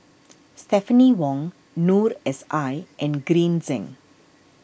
Stephanie Wong Noor S I and Green Zeng